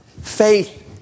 Faith